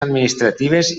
administratives